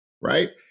right